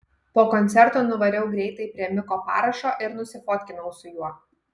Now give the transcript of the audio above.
po koncerto nuvariau greitai prie miko parašo ir nusifotkinau su juo